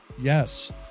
Yes